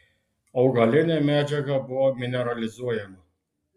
augalinė medžiaga buvo mineralizuojama